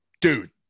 dude